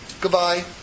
Goodbye